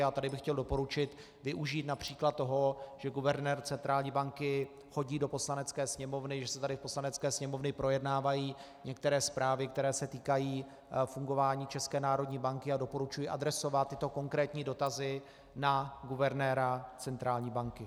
A tady bych chtěl doporučit využít např. toho, že guvernér centrální banky chodí do Poslanecké sněmovny, že se tady v Poslanecké sněmovně projednávají některé zprávy, které se týkají fungování České národní banky, a doporučuji adresovat tyto konkrétní dotazy na guvernéra centrální banky.